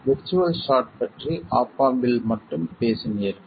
virtual short பற்றி op ஆம்ப்ல் மட்டும் பேசினீர்கள்